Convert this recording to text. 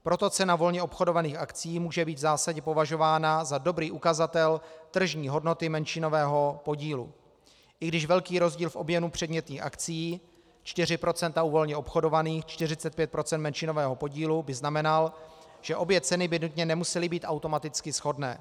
Proto cena volně obchodovaných akcií může být v zásadě považována za dobrý ukazatel tržní hodnoty menšinového podílu, i když velký rozdíl v objemu předmětných akcií, 4 % u volně obchodovaných, 45 % menšinového podílu, by znamenal, že obě ceny by nutně nemusely být automaticky shodné.